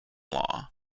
law